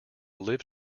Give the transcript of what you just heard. live